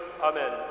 Amen